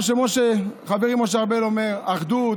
כמו שחברי משה ארבל אומר: אחדות,